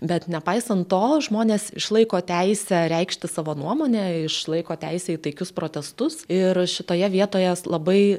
bet nepaisant to žmonės išlaiko teisę reikšti savo nuomonę išlaiko teisę į taikius protestus ir šitoje vietoje labai